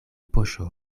poŝo